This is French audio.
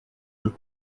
deux